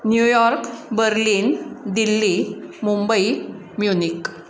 New York Berlin Delhi Mumbai Munich